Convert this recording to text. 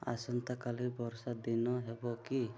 ଆସନ୍ତାକାଲି ବର୍ଷା ଦିନ ହେବ କି